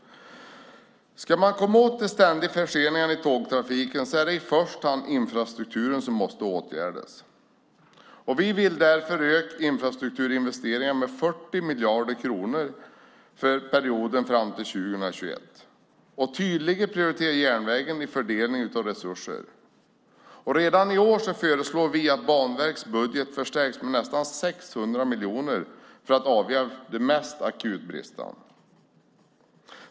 Ska man komma åt de ständiga förseningarna i tågtrafiken är det i första hand infrastrukturen som måste åtgärdas. Vi vill därför öka infrastrukturinvesteringarna med 40 miljarder kronor fram till 2021 och tydligt prioritera järnvägen vid fördelning av resurser. Redan i år föreslår vi att Banverkets budget förstärks med nästan 600 miljoner för att avhjälpa de mest akuta bristerna.